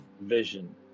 vision